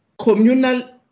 communal